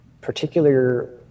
particular